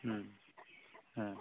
ओम ओ